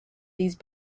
these